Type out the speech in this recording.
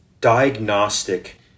diagnostic